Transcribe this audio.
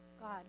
God